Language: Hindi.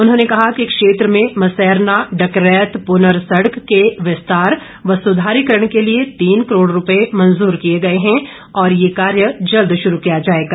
उन्होंने कहा कि क्षेत्र में मसैरना डकरैत पुनर सड़क के विस्तार व सुधारीकरण के लिए तीन करोड़ रुपए मंजूर किए गए हैं और ये कार्य जल्द शुरू किया जाएगा